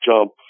jump